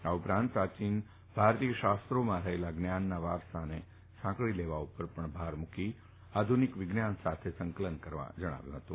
આ ઉપરાંત પ્રાચીન ભારતીય શાસ્ત્રોમાં રહેલા જ્ઞાનના વારસાને સાંકળી લેવા પર ભાર મુકી આધુનિક વિજ્ઞાન સાથે સંકલન કરવા જણાવ્યું હતું